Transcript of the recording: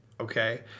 Okay